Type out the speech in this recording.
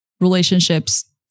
relationships